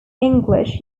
english